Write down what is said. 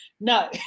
no